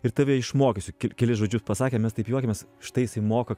ir tave išmokysiu kel kelis žodžius pasakė mes taip juokėmės štai jisai moka